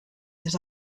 that